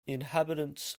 inhabitants